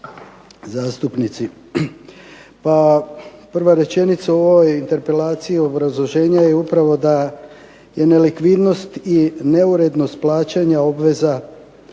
zastupnici. Pa prva rečenica u ovoj interpelaciji obrazloženje je upravo da je nelikvidnost i neurednost plaćanja obveza